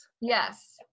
Yes